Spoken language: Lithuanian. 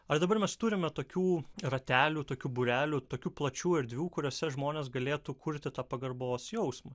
ar dabar mes turime tokių ratelių tokių būrelių tokių plačių erdvių kuriose žmonės galėtų kurti tą pagarbos jausmą